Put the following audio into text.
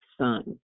son